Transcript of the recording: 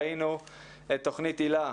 ראינו את תוכנית היל"ה,